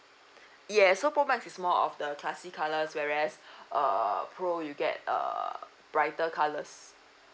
yes so pro max if more of the classy colours whereas err pro you get err brighter colours